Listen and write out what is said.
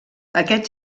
aquest